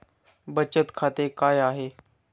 बचत खाते काय आहे?